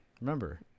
Remember